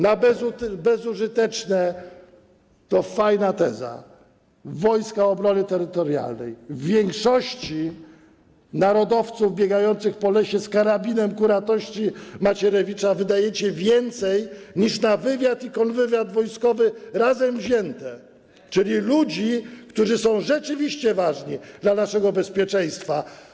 Na bezużyteczne, to fajna teza, Wojska Obrony Terytorialnej, w większości narodowców biegających po lesie z karabinem ku radości Macierewicza, wydajecie więcej niż na wywiad i kontrwywiad wojskowy razem wzięte, czyli ludzi, którzy są rzeczywiście ważni dla naszego bezpieczeństwa.